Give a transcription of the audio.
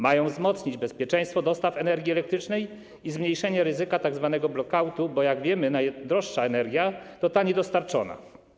Mają wzmocnić bezpieczeństwo dostaw energii elektrycznej i zmniejszyć ryzyko tzw. blackoutu, bo jak wiemy, najdroższa energia to ta niedostarczona.